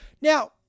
Now